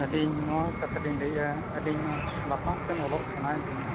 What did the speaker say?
ᱟᱞᱤᱧ ᱱᱚᱣᱟ ᱠᱟᱛᱷᱟᱞᱤᱧ ᱞᱟᱹᱭᱮᱫᱼᱟ ᱟᱞᱤᱧ ᱢᱟ ᱞᱟᱯᱷᱟᱝ ᱥᱮᱫ ᱚᱞᱚᱜ ᱥᱟᱱᱟᱭᱮᱫ ᱞᱤᱧᱟ